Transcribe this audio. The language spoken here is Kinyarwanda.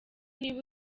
niba